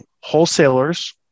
wholesalers